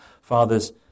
Fathers